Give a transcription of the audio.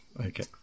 Okay